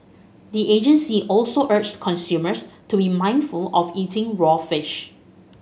the agency also urged consumers to be mindful of eating raw fish